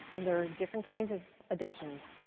and there are different kinds of addictions,